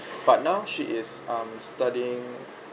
but now she is um studying